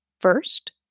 first